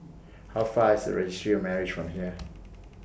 How Far IS Registry of Marriages from here